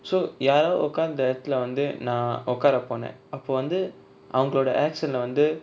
so யாரோ உக்காந்த எடத்துல வந்து நா உக்கார போன அப்போ வந்து அவங்களோட:yaaro ukkantha edathula vanthu na ukkara pona appo vanthu avangaloda action lah வந்து:vanthu